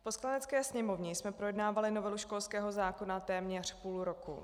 V Poslanecké sněmovně jsme projednávali novelu školského zákona téměř půl roku.